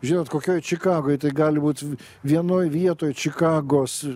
žinot kokioj čikagoj tai gali būt vienoj vietoj čikagos